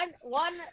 one